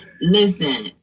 Listen